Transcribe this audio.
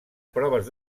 proves